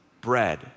bread